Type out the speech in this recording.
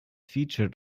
featured